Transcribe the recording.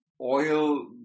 oil